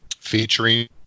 featuring